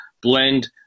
blend